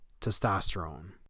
testosterone